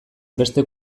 beste